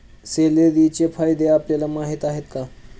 सेलेरीचे फायदे आपल्याला माहीत आहेत का?